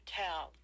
tell